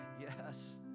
Yes